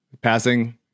passing